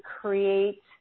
create